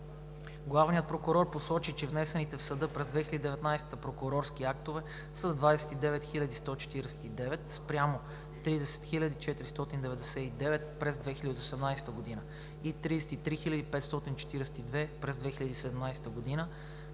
Главният прокурор посочи, че внесените в съда през 2019 г. прокурорски актове са 29 149 спрямо 30 499 през 2018 г. и 33 542 през 2017 г.,